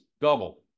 double